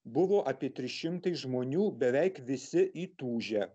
buvo apie trys šimtai žmonių beveik visi įtūžę